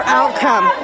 outcome